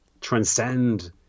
transcend